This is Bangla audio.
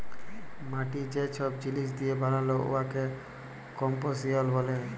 মাটি যে ছব জিলিস দিঁয়ে বালাল উয়াকে কম্পসিশল ব্যলে